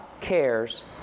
cares